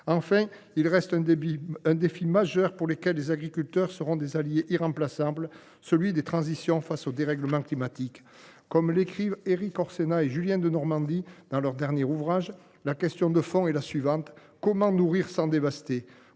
Enfin, il reste à relever un défi majeur, pour lequel les agriculteurs seront des alliés irremplaçables : celui des transitions face au dérèglement climatique. Comme l’écrivent Erik Orsenna et Julien Denormandie dans leur récent ouvrage, la question de fond est la suivante : comment nourrir sans dévaster ?